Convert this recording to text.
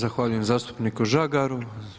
Zahvaljujem zastupniku Žagaru.